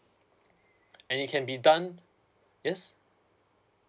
and it can be done yes